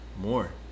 more